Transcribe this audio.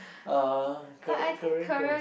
uh car~ career goals